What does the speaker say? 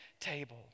table